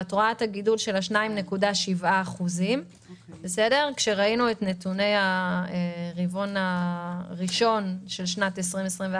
את רואה גידול של 2.7%. בנתוני הרבעון הראשון של 2021,